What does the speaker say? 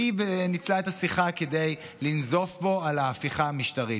והיא ניצלה את השיחה כדי לנזוף בו על ההפיכה המשטרית.